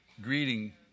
greeting